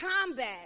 combat